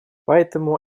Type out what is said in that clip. поэтому